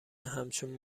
همچون